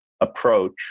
approach